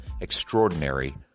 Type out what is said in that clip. Extraordinary